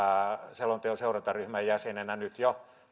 selonteon seurantaryhmän jäsenenä nyt jo